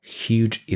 huge